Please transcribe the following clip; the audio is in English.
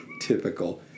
Typical